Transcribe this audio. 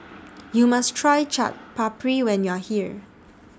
YOU must Try Chaat Papri when YOU Are here